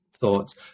thoughts